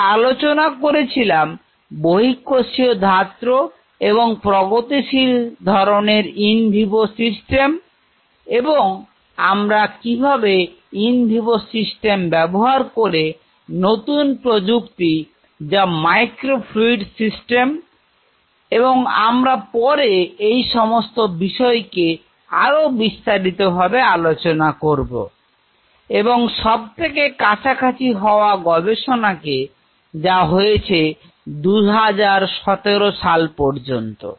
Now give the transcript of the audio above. আমরা আলোচনা করেছিলাম বহিঃকোষীয় ধাত্র এবং প্রগতিশীল ধরনের ইনভিভো সিস্টেম এবং আমরা কিভাবে ইন ভিভো সিস্টেম ব্যবহার করে নতুন প্রযুক্তি যা মাইক্রো ফ্লুইড সিস্টেম এবং আমরা পরে এই সমস্ত বিষয় কে আরও বিস্তারিতভাবে আলোচনা করব এবং সবথেকে কাছাকাছি হওয়া গবেষণাকে যা হয়েছে 2017 পর্যন্ত